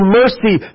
mercy